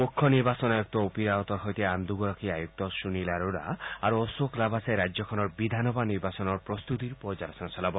মখ্য নিৰ্বাচনী আয়ুক্ত O P ৰাৱটৰ সৈতে আন দুগৰাকী আয়ুক্ত সুনীল অৰোৰা আৰু অশোক লাভাছাই ৰাজ্যখনৰ বিধানসভা নিৰ্বাচনৰ প্ৰস্তুতি পৰ্যালোচনা চলাব